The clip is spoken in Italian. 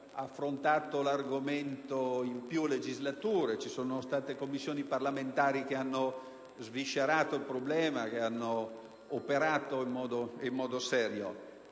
hanno affrontato l'argomento in più legislature, con Commissioni parlamentari che hanno sviscerato il problema e lavorato in modo serio.